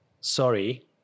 sorry